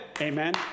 Amen